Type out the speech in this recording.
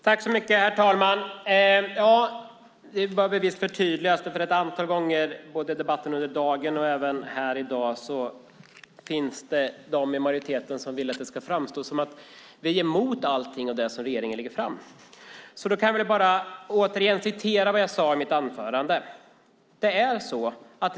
Herr talman! Det är en sak som behöver förtydligas. Ett antal gånger under dagens debatter har vissa från majoriteten velat få det att framstå som att vi är emot alla förslag som regeringen lägger fram. Därför vill jag upprepa vad jag sade i mitt anförande.